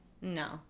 No